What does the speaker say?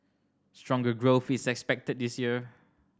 stronger growth is expected this year